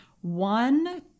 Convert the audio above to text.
One